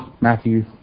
Matthew